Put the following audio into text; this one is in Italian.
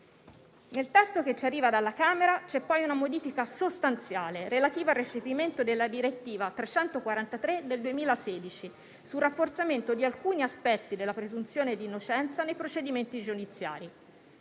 Nel testo che ci arriva dalla Camera c'è poi una modifica sostanziale relativa al recepimento della direttiva n. 343 del 2016 sul rafforzamento di alcuni aspetti della presunzione di innocenza nei procedimenti giudiziari.